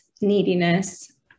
neediness